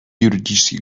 юридических